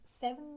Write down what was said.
seven